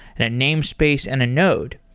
and a namespace, and a node.